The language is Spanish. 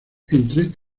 estas